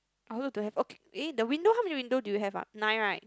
I also don't have okay eh the window how many window do you have ah nine right